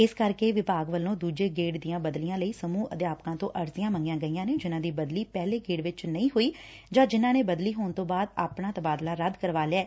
ਇਸ ਕਰਕੇ ਵਿਭਾਗ ਵੱਲੋਂ ਦਜੇ ਗੇੜ ਦੀਆਂ ਬਦਲੀਆਂ ਲਈ ਸਮੁਹ ਅਧਿਆਪਕਾਂ ਤੋਂ ਅਰਜੀਆਂ ਮੰਗੀਆਂ ਗਈਆਂ ਨੇ ਜਿਨਾਂ ਦੀ ਬਦਲੀ ਪਹਿਲੇ ਗੇੜੇ ਵਿੱਚ ਨਹੀਂ ਹੋਈ ਜਾਂ ਜਿਨਾਂ ਨੇ ਬਦਲੀ ਹੋਣ ਤੋ ਬਾਅਦ ਆਪਣਾ ਤਬਾਦਲਾ ਰੱਦ ਕਰਵਾ ਲਿਐ